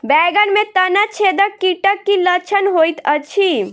बैंगन मे तना छेदक कीटक की लक्षण होइत अछि?